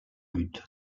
but